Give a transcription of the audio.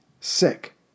sick